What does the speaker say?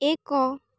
ଏକ